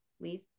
leave